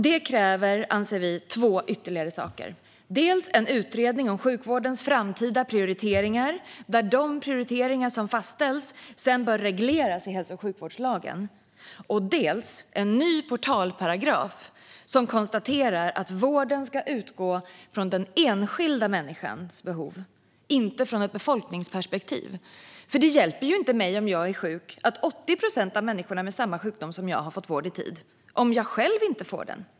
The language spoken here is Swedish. Det kräver, anser vi, två ytterligare saker: dels en utredning om sjukvårdens framtida prioriteringar där de prioriteringar som fastställs sedan regleras i hälso och sjukvårdslagen, dels en ny portalparagraf som konstaterar att vården ska utgå från den enskilda människans behov, inte från ett befolkningsperspektiv. Det hjälper ju inte mig om jag är sjuk att 80 procent av människorna med samma sjukdom som jag har fått vård i tid om jag själv inte får det.